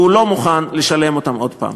והוא לא מוכן לשלם אותן עוד הפעם.